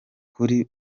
kuri